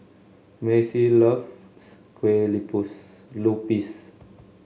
Mazie loves Kue Lupis